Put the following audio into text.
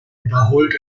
wiederholt